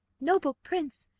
noble prince!